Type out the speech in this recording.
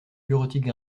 bureautique